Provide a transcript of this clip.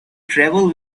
travelled